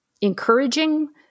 encouraging